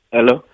Hello